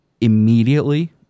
immediately